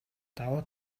давуу